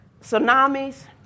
tsunamis